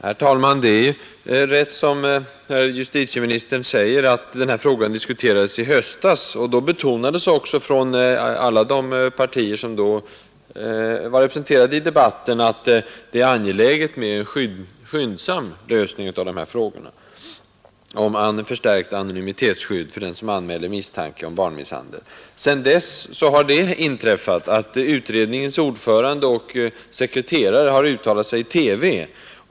Herr talman! Det är rätt som herr justitieministern säger, att den här frågan diskuterades i höstas. Då betonades också från alla de partier som var representerade i debatten, att det är angeläget med en skyndsam lösning av frågan om förstärkt anonymitetsskydd för den som anmäler misstanke om barnmisshandel. Sedan dess har det inträffat att utredningens ordförande och sekreterare har uttalat sig i TV.